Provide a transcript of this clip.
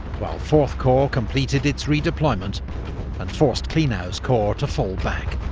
while fourth corps completed its redeployment and forced klenau's corps to fall back.